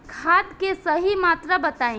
खाद के सही मात्रा बताई?